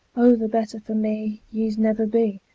o the better for me ye'se never be,